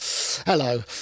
Hello